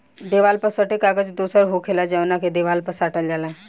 देवाल पर सटे के कागज दोसर होखेला जवन के देवाल पर साटल जाला